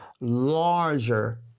larger